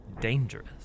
dangerous